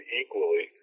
equally